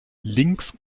links